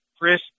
Chris